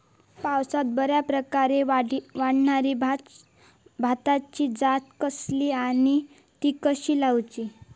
पावसात बऱ्याप्रकारे वाढणारी भाताची जात कसली आणि ती कशी लाऊची?